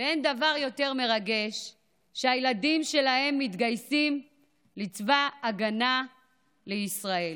ואין דבר יותר מרגש מלראות שהילדים שלהם מתגייסים לצבא ההגנה לישראל.